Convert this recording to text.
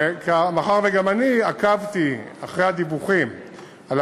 ומאחר שגם אני עקבתי אחרי הדיווחים על